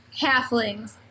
halflings